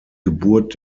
geburt